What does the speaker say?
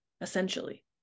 essentially